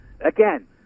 again